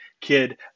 kid